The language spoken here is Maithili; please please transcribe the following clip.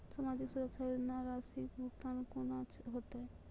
समाजिक सुरक्षा योजना राशिक भुगतान कूना हेतै?